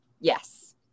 yes